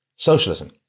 Socialism